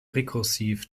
rekursiv